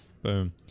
Boom